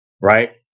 right